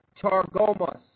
Targomas